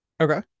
okay